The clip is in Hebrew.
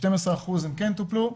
ב-12% הם כן טופלו,